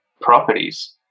properties